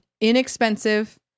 inexpensive